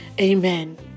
Amen